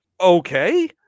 Okay